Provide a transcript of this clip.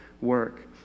work